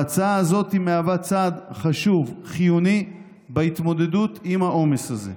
ההצעה הזאת מהווה צעד חשוב וחיוני בהתמודדות עם העומס הזה.